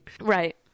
Right